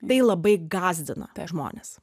tai labai gąsdina žmones